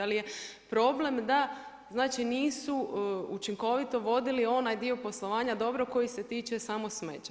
Ali je problem da, znači nisu učinkovito vodili onaj dio poslovanja dobro koji se tiče samo smeća.